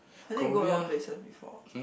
I think you go a lot of places before